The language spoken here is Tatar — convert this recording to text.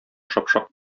шапшак